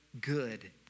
good